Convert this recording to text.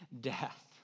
death